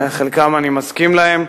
חלקן אני מסכים להן,